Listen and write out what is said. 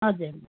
हजुर